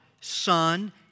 Son